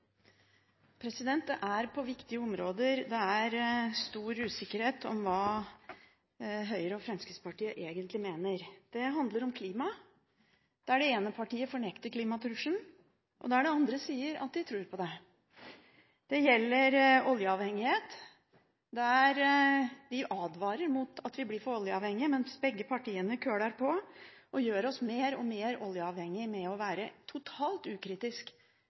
Det er på viktige områder stor usikkerhet om hva Høyre og Fremskrittspartiet egentlig mener. Det handler om klima – det ene partiet fornekter klimatrusselen, og det andre sier at de tror på den. Det gjelder oljeavhengighet – de advarer mot at vi blir for oljeavhengige, mens begge partiene «køler på» og gjør oss mer og mer oljeavhengige ved å være totalt ukritisk